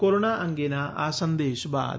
corona અંગેના આ સંદેશ બાદ